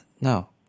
No